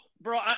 bro